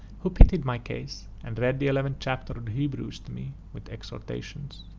who pitied my case, and read the eleventh chapter of the hebrews to me, with exhortations.